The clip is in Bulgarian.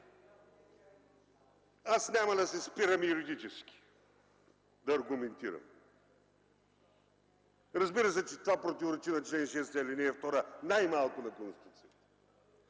Аз няма да се спирам юридически да аргументирам. Разбира се, че това противоречи на чл. 6, ал. 2, най-малко, на Конституцията!